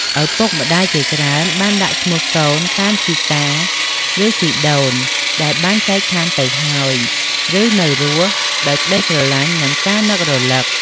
ឪពុកម្ដាយជាច្រើនបានដាក់ឈ្មោះកូនតាមជីតា ឬជីដូនដែលបានចែកឋានទៅហើយ ឬនៅរស់ ដោយក្ដីស្រឡាញ់ និងការនឹករលឹក។